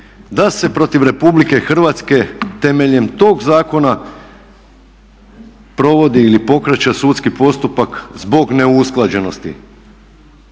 da se protiv Republike Hrvatske temeljem tog zakona provodi ili pokreće sudski postupak zbog neusklađenosti